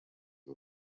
ubu